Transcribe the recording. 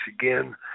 again